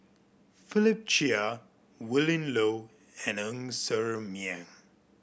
Philip Chia Willin Low and Ng Ser Miang